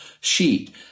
sheet